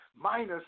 minus